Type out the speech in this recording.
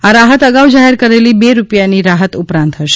આ રાહત અગાઉ જાહેર કરાયેલી બે રૂપિયાની રાહત ઉપરાંત હશે